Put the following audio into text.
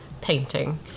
painting